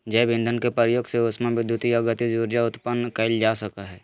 जैव ईंधन के प्रयोग से उष्मा विद्युत या गतिज ऊर्जा उत्पन्न कइल जा सकय हइ